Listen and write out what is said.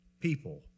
people